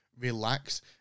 relax